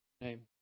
name